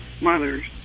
mothers